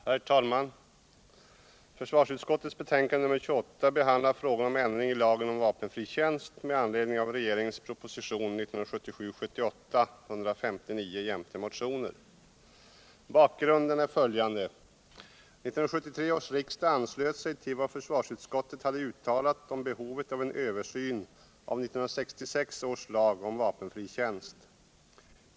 Herr talman! Försvarsutskottets betänkande nr 28 behandlar frågan om ändring i lagen om vapenfri tjänst med anledning av regeringens proposition 1977/78:159 jämte motioner. Bakgrunden är följande: 1973 års riksdag anslöt sig till vad försvarsutskottet hade uttalat om behovet av en översyn av 1966 års lag om vapenfri tjänst.